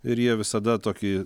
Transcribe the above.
ir jie visada tokį